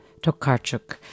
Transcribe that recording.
Tokarczuk